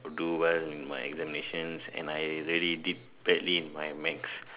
do well in my examinations and I really did badly in my maths